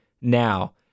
now